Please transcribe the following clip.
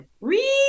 read